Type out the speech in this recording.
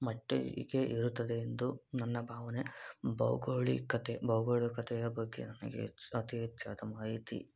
ಮಟ್ಟಿಗೆ ಇರುತ್ತದೆ ಎಂದು ನನ್ನ ಭಾವನೆ ಭೌಗೋಳಿಕತೆ ಭೌಗೋಳಿಕತೆಯ ಬಗ್ಗೆ ನನಗೆ ಹೆಚ್ ಅತಿ ಹೆಚ್ಚಾದ ಮಾಹಿತಿ